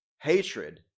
hatred